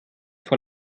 vor